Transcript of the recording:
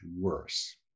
worse